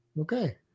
Okay